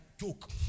joke